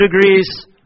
degrees